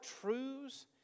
truths